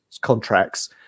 contracts